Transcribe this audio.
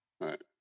Right